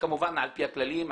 כמובן על פי הכללים,